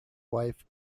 wife